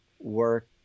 work